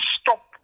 stop